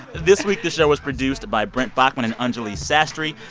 this week, the show was produced by brent baughman and anjuli sastry.